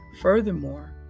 Furthermore